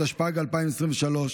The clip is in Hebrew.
התשפ"ג 2023,